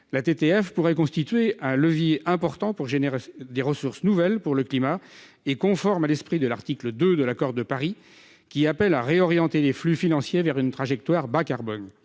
La TTF pourrait constituer un levier important en vue de générer des ressources nouvelles pour le climat et serait conforme à l'esprit de l'article 2 de l'accord de Paris, qui appelle à réorienter les flux financiers vers une trajectoire bas carbone.